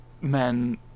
men